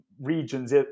regions